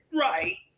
Right